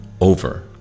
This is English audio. over